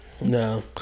No